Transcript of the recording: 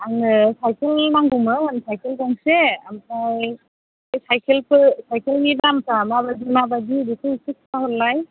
आङो साइखेल नांगौमोन साइखेल गंसे ओमफ्राय बे साइखेलखो साइखेलनि दामफ्रा माबायदि माबायदि बेखौ एसे खिथाहरलाय